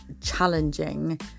challenging